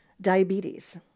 diabetes